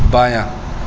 بایاں